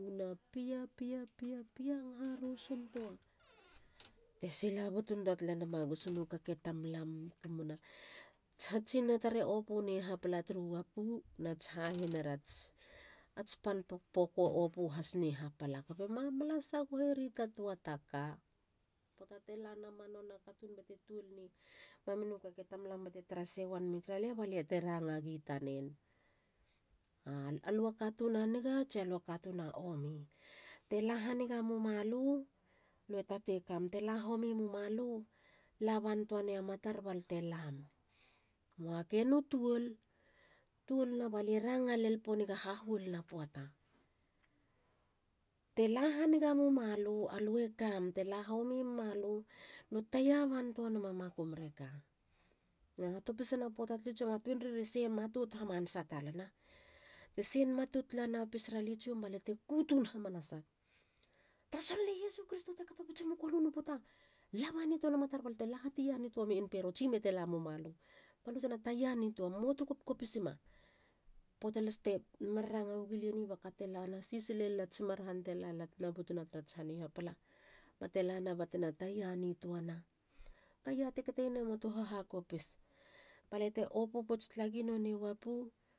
Katun a pia. pia. pia. pia ngaharusuntoa. te sila butun tua tala nama gusunu kake tamlam gumuna. Ats ha tsinana tar e opu ne hapala turu wapu nats hahinar ats pan popoku e opu hasne hapala. kabe mamala sagoheri ta tua ta ka. Poata te lanama nona katun ba te tuol ne maminu kake tamlam ba te tarasei wanami taralia. ba lia te ranga gi tanen. alua katun a niga. tsia lua katun a omi? Te la haniga mumalu. lue tatei kam. te la homi mumalu. labentua nei a matar balte lam. mua. kenu tuol. tuolina balia rangalen poniga hahuolina poata. te la haniga mumalu lue kam. tela la homi muma lu. lue taia bantua nema makum reka. na ha topisana tala poati tsiom a tuenreir e sen matot hamanasa talana. T sen matot talana peisara li tsiom. ba lia te ku tun hamanasag. Tara solone iesu kristo te kato poutsemu kolu na puta. laba nituana matar ba te la hatia nituam. mua tuna kop kopisima. Poata las te mar ranga wegu lie ni. ba kate lana. sisile lats marhan telana tena butuna tarats han i hapala. ba te lana batena taia nituana. Taia te kateien a muatu. hesition. kopis. Balia te opu pouts talagi nonei wapu.